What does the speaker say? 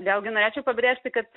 vėlgi norėčiau pabrėžti kad